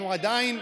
אין מלחמה,